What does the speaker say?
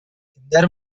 кемнәр